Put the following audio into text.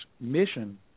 mission